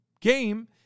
game